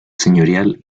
señorial